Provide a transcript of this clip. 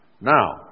Now